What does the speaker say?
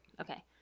Okay